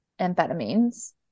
amphetamines